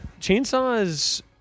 chainsaws